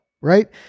Right